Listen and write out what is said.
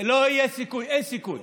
לא אמרתי, אין סיכוי.